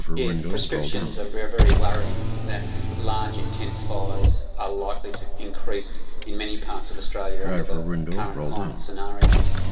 yeah the prescriptions are very very worrying, that large intense fires are likely to increase in many parts of australia under the current climate scenarios,